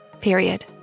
Period